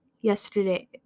yesterday